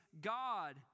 God